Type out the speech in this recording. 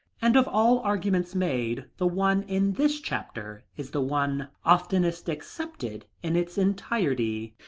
and of all arguments made, the one in this chapter is the one oftenest accepted in its entirety.